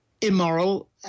immoral